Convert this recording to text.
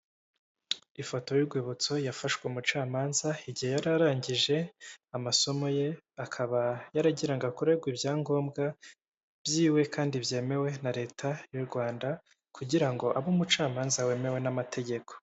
Ifoto y'urwibutso yafashwe umucamanza igihe yari arangije amasomo ye akaba yaragira ngo akorerwe ibyangombwa byiwe kandi byemewe na leta y'u Rwanda kugira ngo abe umucamanza wemewe n'amategeko.